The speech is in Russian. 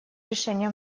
решения